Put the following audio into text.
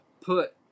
put